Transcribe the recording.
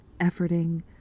efforting